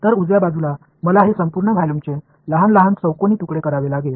तर उजव्या बाजूला मला हे संपूर्ण व्हॉल्यूमचे लहान लहान चौकोनी तुकडे करावे लागेल